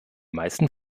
meisten